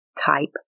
Type